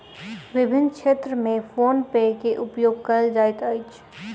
विभिन्न क्षेत्र में फ़ोन पे के उपयोग कयल जाइत अछि